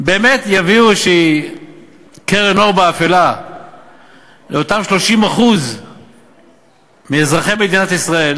באמת יביאו איזו קרן אור באפלה לאותם 30% מאזרחי מדינת ישראל